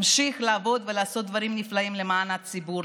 תמשיך לעבוד ולעשות דברים נפלאים למען הציבור,